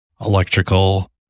electrical